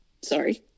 sorry